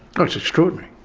ah it's extraordinary.